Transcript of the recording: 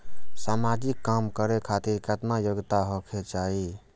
समाजिक काम करें खातिर केतना योग्यता होके चाही?